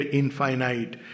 infinite